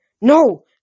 No